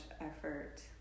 effort